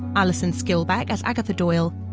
alison skilbeck as agatha doyle,